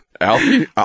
Alfie